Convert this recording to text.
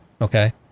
okay